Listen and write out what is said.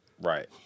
Right